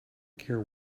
care